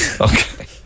Okay